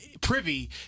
privy